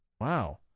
Wow